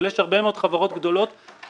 אבל יש הרבה מאוד חברות גדולות וסטרטאפים.